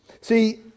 See